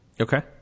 Okay